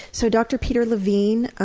so dr peter levine